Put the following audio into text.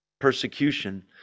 persecution